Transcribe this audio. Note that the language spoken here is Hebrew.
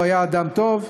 הוא היה אדם טוב,